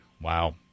Wow